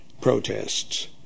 protests